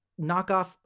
knockoff